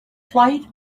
flight